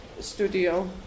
Studio